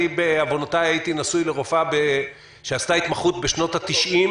בעוונותיי הייתי נשוי לרופאה שעשתה התמחות בשנות התשעים